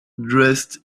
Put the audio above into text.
dressed